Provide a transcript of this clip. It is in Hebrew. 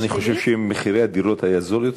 אני חושב שאם מחירי הדירות היו נמוכים יותר,